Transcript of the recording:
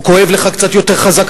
כואב לך קצת יותר חזק,